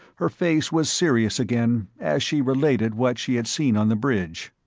her face was serious again, as she related what she had seen on the bridge.